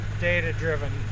data-driven